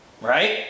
right